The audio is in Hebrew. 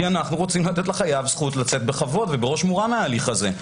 אנחנו רוצים לתת לחייב זכות לצאת בכבוד ובראש מורם מההליך הזה,